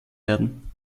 werden